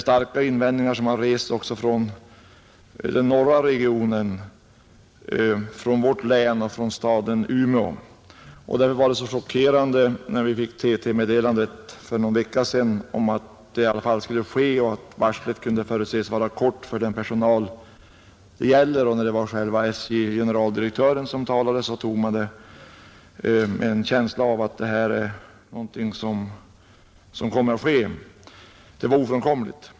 Starka invändningar har rests också från den norra regionen, från länet och staden Umeå. Därför var det chockerande när vi fick TT-meddelandet för någon vecka sedan att omorganisationen skulle ske och att varslet kunde förutses bli kort för den personal det gällde. När det var generaldirektören för SJ som talade mottog man meddelandet med en känsla av att detta verkligen var någonting som skulle komma att ske — att det var ofrånkomligt.